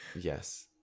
yes